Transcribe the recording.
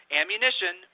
ammunition